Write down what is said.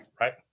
right